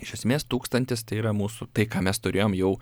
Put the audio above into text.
iš esmės tūkstantis tai yra mūsų tai ką mes turėjom jau